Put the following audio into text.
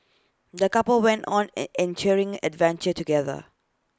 the couple went on an adventure together